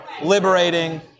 liberating